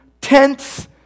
tents